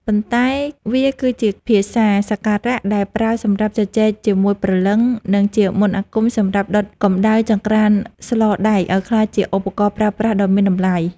ប៉ុន្តែវាគឺជាភាសាសក្ការៈដែលប្រើសម្រាប់ជជែកជាមួយព្រលឹង និងជាមន្តអាគមសម្រាប់ដុតកម្ដៅចង្រ្កានស្លដែកឲ្យក្លាយជាឧបករណ៍ប្រើប្រាស់ដ៏មានតម្លៃ។